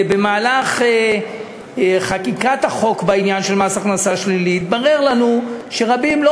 במהלך חקיקת החוק בעניין מס הכנסה שלילי התברר לנו שרבים לא